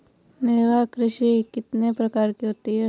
निर्वाह कृषि कितने प्रकार की होती हैं?